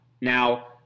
Now